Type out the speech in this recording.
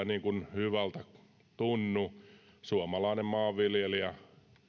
niin kuin hyvältä tunnu suomalainen maanviljelijä